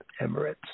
Emirates